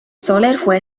fue